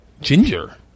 Ginger